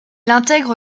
intègre